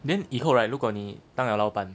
then 以后 right 如果你当了老板